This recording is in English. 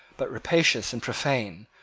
but rapacious and profane,